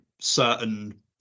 certain